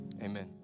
Amen